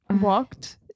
walked